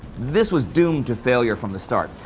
this was doomed to failure from the start,